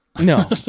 No